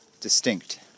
distinct